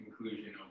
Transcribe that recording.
conclusion